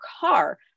car